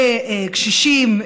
לקשישים,